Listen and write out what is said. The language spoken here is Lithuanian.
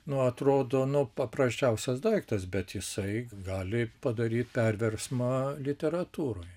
nu atrodo nu paprasčiausias daiktas bet jisai gali padaryt perversmą literatūroj